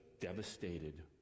devastated